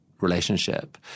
relationship